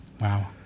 Wow